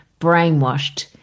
brainwashed